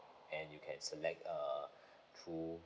and you can select uh through